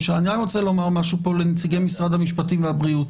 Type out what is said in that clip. אני רק רוצה לומר משהו לנציגי משרד המשפטים והבריאות.